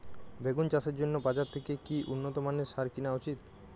বেগুন চাষের জন্য বাজার থেকে কি উন্নত মানের সার কিনা উচিৎ?